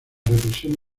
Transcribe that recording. represión